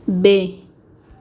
બે